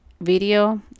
video